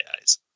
eyes